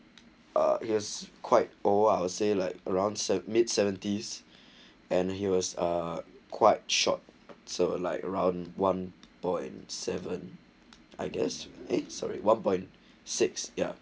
uh is quite old I would say like around so mid seventies and he was a quite short so alight around one point seven I guess eight sorry one point six ya